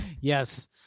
Yes